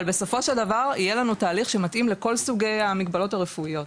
אבל בסופו של דבר יהיה לנו תהליך שמתאים לכל סוגי המגבלות הרפואיות,